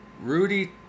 Rudy